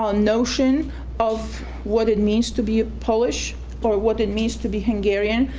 um notion of what it means to be a polish or what it means to be hungarian,